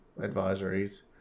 advisories